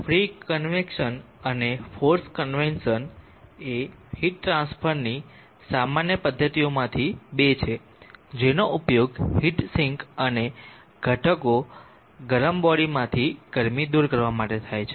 free convection અને forced convection એ heat ટ્રાન્સફરની સામાન્ય પદ્ધતિઓમાંથી બે છે જેનો ઉપયોગ હીટ સિંક અને ઘટકો ગરમ બોડીમાંથી ગરમી દૂર કરવા માટે થાય છે